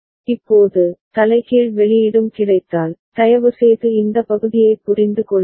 இப்போது தலைகீழ் வெளியீடும் கிடைத்தால் தயவுசெய்து இந்த பகுதியைப் புரிந்து கொள்ளுங்கள்